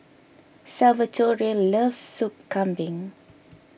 Salvatore loves Sup Kambing